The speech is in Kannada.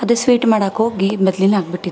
ಅದೇ ಸ್ವೀಟ್ ಮಾಡೋಕೆ ಹೋಗಿ ಮೆದ್ಲಿನ ಆಗಿಬಿಟ್ಟಿತ್ತು